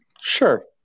Sure